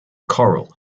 coral